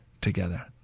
together